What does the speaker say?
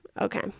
Okay